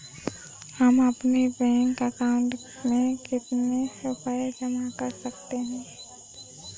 हम अपने bank account में कितने रुपये जमा कर सकते हैं?